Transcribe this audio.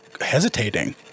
Hesitating